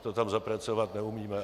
To tam zapracovat neumíme.